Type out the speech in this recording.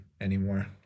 anymore